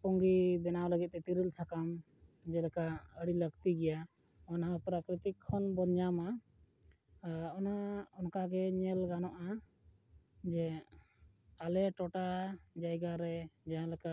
ᱯᱩᱸᱜᱤ ᱵᱮᱱᱟᱣ ᱞᱟᱹᱜᱤᱫ ᱛᱮ ᱛᱮᱨᱮᱞ ᱥᱟᱠᱟᱢ ᱡᱮᱞᱮᱠᱟ ᱟᱹᱰᱤ ᱞᱟᱹᱠᱛᱤ ᱜᱮᱭᱟ ᱚᱱᱟ ᱦᱚᱸ ᱯᱨᱟᱠᱨᱤᱛᱤᱠ ᱠᱷᱚᱱ ᱵᱚᱱ ᱧᱟᱢᱟ ᱚᱱᱟ ᱚᱱᱠᱟᱜᱮ ᱧᱮᱞ ᱜᱟᱱᱚᱜᱼᱟ ᱡᱮ ᱟᱞᱮ ᱴᱚᱴᱷᱟ ᱡᱟᱭᱜᱟ ᱨᱮ ᱡᱟᱦᱟᱸᱞᱮᱠᱟ